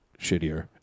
shittier